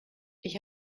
ich